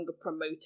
promoted